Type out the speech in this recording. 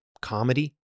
comedy